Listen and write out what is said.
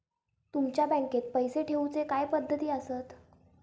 तुमच्या बँकेत पैसे ठेऊचे काय पद्धती आसत?